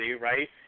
right